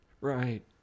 right